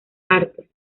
artes